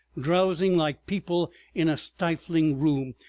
drowsing like people in a stifling room,